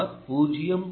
சுமார் 0